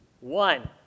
One